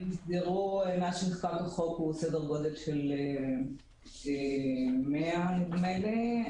מספר הסניפים שנסגרו מאז שנחקק החוק הוא סדר גודל של 100 נדמה לי.